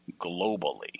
globally